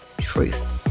truth